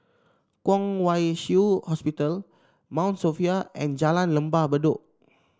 Kwong Wai Shiu Hospital Mount Sophia and Jalan Lembah Bedok